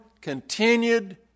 continued